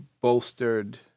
bolstered